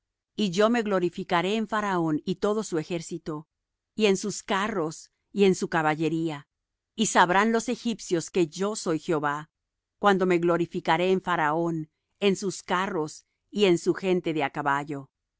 y yo me glorificaré en faraón y en todo su ejército y en sus carros y en su caballería y sabrán los egipcios que yo soy jehová cuando me glorificaré en faraón en sus carros y en su gente de á caballo